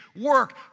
work